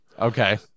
Okay